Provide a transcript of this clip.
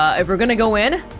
ah if we're gonna go in,